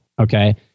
Okay